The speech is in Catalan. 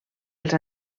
els